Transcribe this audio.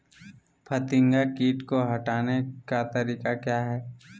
फतिंगा किट को हटाने का तरीका क्या है?